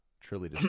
truly